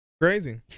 crazy